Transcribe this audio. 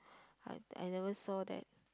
I I never saw that